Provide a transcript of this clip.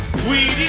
we